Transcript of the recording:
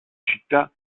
città